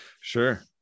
sure